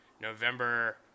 November